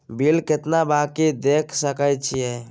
Bill केतना बाँकी छै देख सके छियै?